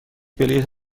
بلیط